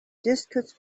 discuss